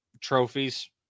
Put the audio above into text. trophies